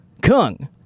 Kung